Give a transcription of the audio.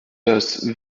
das